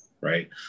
right